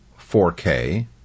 4K